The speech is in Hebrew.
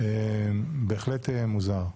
בהחלט מוזר.